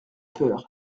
peur